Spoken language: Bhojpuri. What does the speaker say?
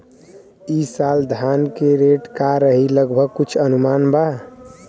ई साल धान के रेट का रही लगभग कुछ अनुमान बा?